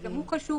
שגם הוא חשוב,